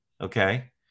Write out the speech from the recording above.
okay